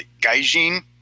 Gaijin